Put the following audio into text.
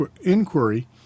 inquiry